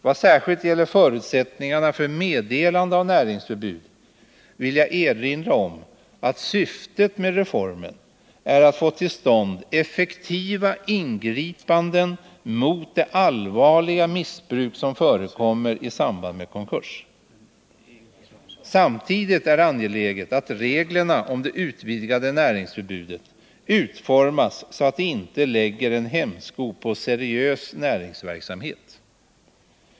Vad särskilt gäller förutsättningarna för meddelande av näringsförbud vill jag erinra om att syftet med reformen är att få till stånd effektiva ingripanden mot de allvarliga missbruk som förekommer i samband med konkurs. Samtidigt är det angeläget att reglerna om det utvidgade näringsförbudet utformas så att de inte lägger hämsko på seriös näringsverksamhet.